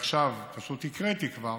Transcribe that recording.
הוא קידם, ועכשיו, פשוט כבר הקראתי שכבר